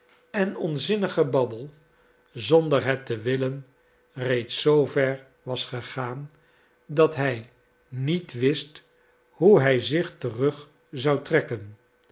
en onzinnig gebabbel zonder het te willen reeds zoover was gegaan dat hij niet wist hoe hij zich terug zou trekken